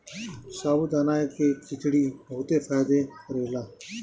साबूदाना के खिचड़ी बहुते फायदा करेला